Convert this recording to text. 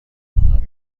خواهم